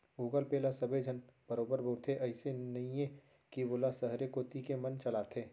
Google Pay ल सबे झन बरोबर बउरथे, अइसे नइये कि वोला सहरे कोती के मन चलाथें